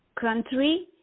country